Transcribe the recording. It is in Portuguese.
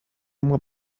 uma